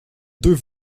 deux